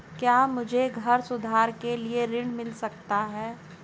क्या मुझे घर सुधार के लिए ऋण मिल सकता है?